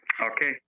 Okay